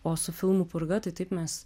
o su filmu purga tai taip mes